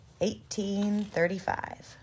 1835